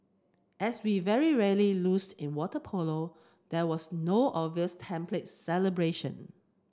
as we very rarely lose in water polo there was no obvious template celebration